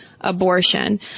abortion